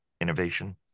innovation